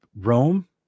Rome